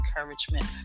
encouragement